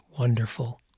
Wonderful